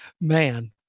man